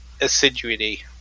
assiduity